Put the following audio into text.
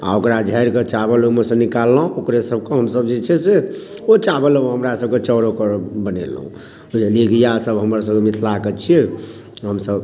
आ ओकरा झाड़ि कऽ चावल ओहिमे सँ निकाललहुॅं ओकरे सभके हमसभ जे छै से ओ चावल हमरा सभके चाउर ओकर बनेलहुॅं बुझलियै कि इएह सभ हमर सभके मिथिलाके छियै हमसभ